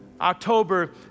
October